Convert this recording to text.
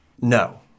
No